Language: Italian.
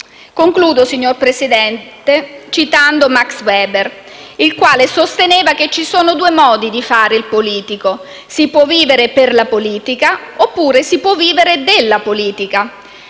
Concludo, signor Presidente, citando Max Weber, il quale sosteneva che ci sono due modi di fare il politico: si può vivere per la politica oppure si può vivere della politica.